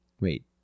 Wait